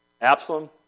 Absalom